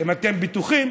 אם אתם בטוחים,